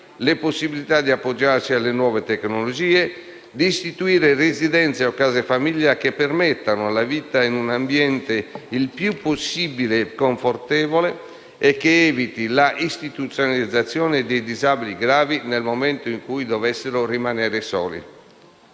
la possibilità di appoggiarci alle nuove tecnologie, di istituire residenze o case-famiglia che permettano la vita in un ambiente il più confortevole possibile e che eviti l'istituzionalizzazione dei disabili gravi nel momento in cui dovessero rimanere da soli.